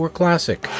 classic